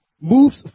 moves